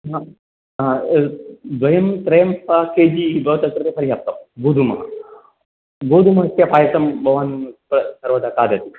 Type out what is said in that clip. हा एतत् द्वयं त्रयं वा के जि भवतः कृते पर्याप्तं गोधूमः गोधूमस्य पायसं भवान् स सर्वदा खादति